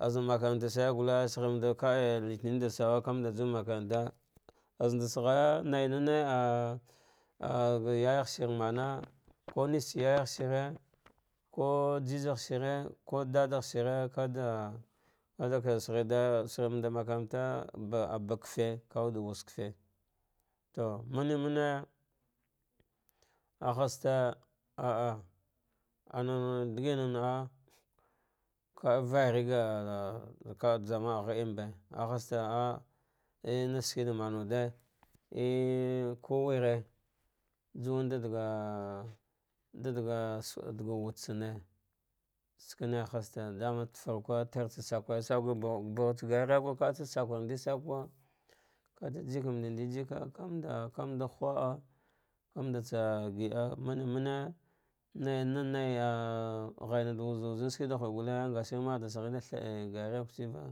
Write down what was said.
Ajuwamanɗa makanta gulle saghenenuɗava a litenin ɗa sawa, kamanɗa jumakaranta am azamda saghaya naina nai ahga yayashin mana kunish tsa yayaghshir, ko jisus yagshiir ko dada shigir sa ghan mama makaranta ba ah ba kafe, kawuɗe wulkef to mane mane ahhazte ah ah anam digin naah kavayegh ga ga ghava jamaa gh de mebe a haste neskena ɗa man wuɗe i e kuwere, juwan dadga ɗadga wude tsame sakane hazste dama tafarkwa tartsa sakare sakwa buhatsa gari rugo katsa skum dari sako vamte jilekan nɗari jika vamanɗ ka aɗghri ah vamamolatsa giab mane man naina naiya ghaya da da wuzuɗa wurze sake ɗa ghucte gulte, ngashir maaɗa shi da thaah ggari roghtsaka